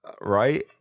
Right